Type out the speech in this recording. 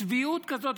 צביעות כזאת.